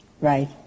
Right